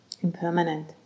impermanent